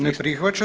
Ne prihvaća.